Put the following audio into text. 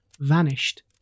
vanished